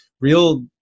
real